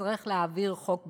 נצטרך להעביר חוק בכנסת,